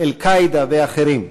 "אל-קאעידה" ואחרים,